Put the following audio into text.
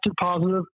positive